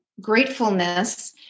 gratefulness